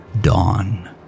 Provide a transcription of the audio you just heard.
dawn